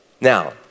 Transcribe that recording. Now